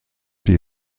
die